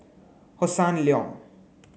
Hossan Leong